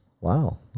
Wow